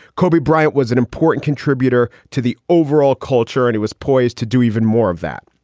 kobe bryant was an important contributor to the overall culture and it was poised to do even more of that.